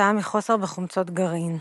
כתוצאה מחוסר בחומצות גרעין.